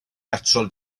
betrol